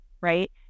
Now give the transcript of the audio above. Right